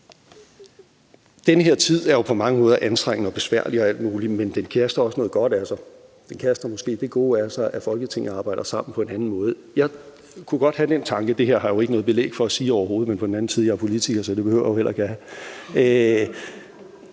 den her tid på mange måder er anstrengende, besværlig og alt muligt, men at den også kaster noget godt af sig. Den kaster måske det gode af sig, at Folketinget arbejder sammen på en anden måde. Jeg tror – det her har jeg overhovedet ikke noget belæg for at sige, men på den anden side er jeg jo politiker, så det behøver jeg heller ikke at have